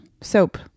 soap